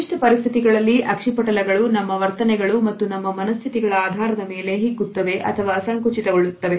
ನಿರ್ದಿಷ್ಟ ಪರಿಸ್ಥಿತಿಗಳಲ್ಲಿ ಅಕ್ಷಿಪಟಲ ಗಳು ನಮ್ಮ ವರ್ತನೆಗಳು ಮತ್ತು ನಮ್ಮ ಮನಸ್ಥಿತಿಗಳ ಆಧಾರದ ಮೇಲೆ ಹಿಗ್ಗುತ್ತವೆ ಅಥವಾ ಸಂಕುಚಿತಗೊಳ್ಳುತ್ತವೆ